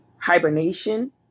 hibernation